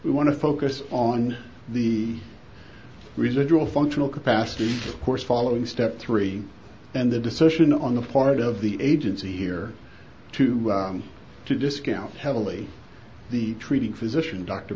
we want to focus on the residual functional capacity of course following step three and the decision on the part of the agency here to to discount heavily the treating physician d